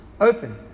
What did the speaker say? open